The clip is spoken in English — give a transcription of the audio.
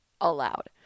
aloud